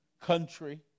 country